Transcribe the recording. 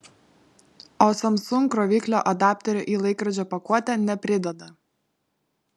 o samsung kroviklio adapterio į laikrodžio pakuotę neprideda